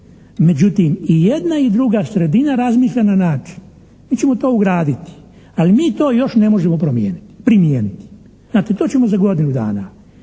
Međutim i jedna i druga sredina razmišlja na način, mi ćemo to ugraditi, ali mi to još ne možemo primijeniti. Znate to ćemo za godinu dana.